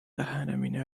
lähenemine